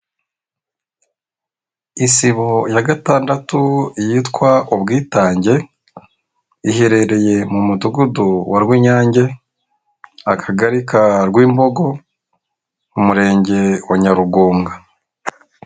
Isibo ya gatandatu yitwa ubwitange iherereye mu mudugudu wa rwinyange akagari ka mbogo mu murenge wa nyarugunga.